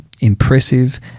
impressive